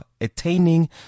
attaining